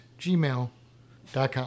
gmail.com